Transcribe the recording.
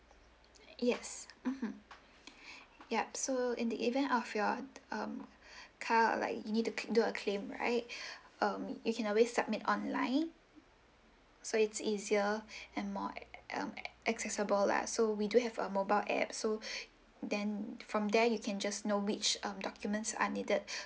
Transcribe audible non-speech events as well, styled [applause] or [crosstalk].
yes mmhmm [breath] yup so in the event of your um [breath] car like you need to c~ do a claim right [breath] um you can always submit online so it's easier [breath] and more acc~ um accessible lah so we do have a mobile app so [breath] then from there you can just know which um documents are needed [breath]